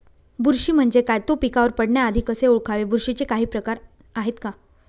बुरशी म्हणजे काय? तो पिकावर पडण्याआधी कसे ओळखावे? बुरशीचे काही प्रकार आहेत का?